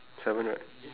seven right